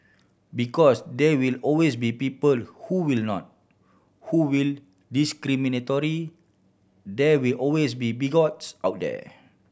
because there will always be people who will not who will discriminatory there will always be bigots out there